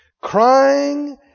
crying